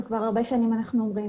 כבר הרבה שנים אנחנו אומרים,